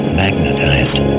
magnetized